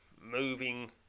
moving